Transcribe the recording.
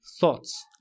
thoughts